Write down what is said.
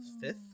Fifth